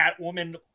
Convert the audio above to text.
Catwoman